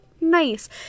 nice